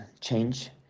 change